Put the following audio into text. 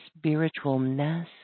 spiritualness